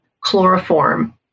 chloroform